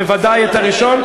בוודאי את הראשון,